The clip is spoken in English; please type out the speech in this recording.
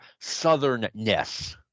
southernness